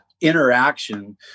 interaction